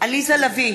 עליזה לביא,